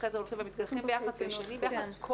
ואחרי זה הולכים ומתקלחים ביחד וישנים ביחד,